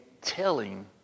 telling